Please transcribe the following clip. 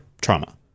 trauma